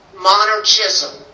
Monarchism